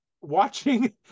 watching